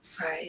right